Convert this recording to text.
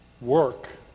work